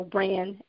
Brand